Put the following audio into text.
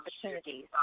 opportunities